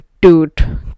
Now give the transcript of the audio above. dude